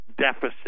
deficit